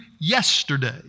yesterday